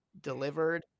delivered